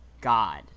God